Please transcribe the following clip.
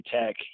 Tech